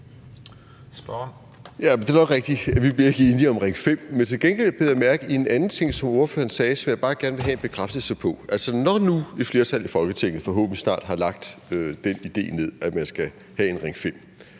Det er nok rigtigt, at vi ikke bliver enige om Ring 5. Men jeg bed til gengæld mærke i en anden ting, som ordføreren sagde, og som jeg bare gerne vil have en bekræftelse af. Altså, når nu et flertal i Folketinget forhåbentlig snart har lagt den idé ned, at man skal have Ring 5,